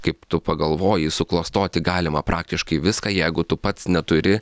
kaip tu pagalvoji suklastoti galima praktiškai viską jeigu tu pats neturi